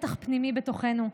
מתח פנימי בתוכנו,